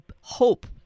hope